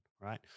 right